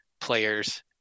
players